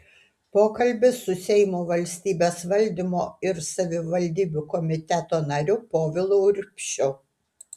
pokalbis su seimo valstybės valdymo ir savivaldybių komiteto nariu povilu urbšiu